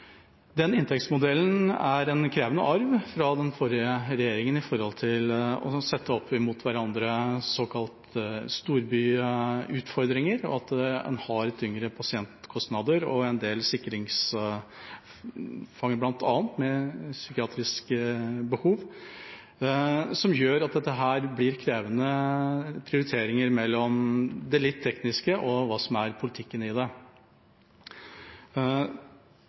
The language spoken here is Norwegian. den forrige regjeringa med tanke på å sette opp mot hverandre såkalte storbyutfordringer og det at en har tyngre pasientkostnader og en del sikringsfanger, bl.a., med psykiatriske behov, som gjør at det blir krevende prioriteringer mellom det litt tekniske og hva som er politikken i det.